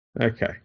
Okay